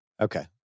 Okay